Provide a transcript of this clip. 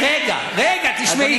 רגע, רגע, תשמעי.